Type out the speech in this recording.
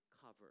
cover